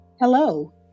Hello